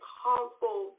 harmful